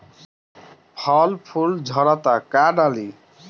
फल फूल झड़ता का डाली?